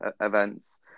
events